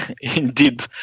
indeed